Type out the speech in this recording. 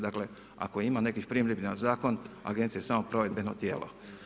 Dakle ako ima nekih primjedbi na zakon agencija je samo provedbeno tijelo.